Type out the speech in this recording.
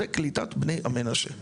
זה קליטת בני המנשה.